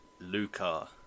Luca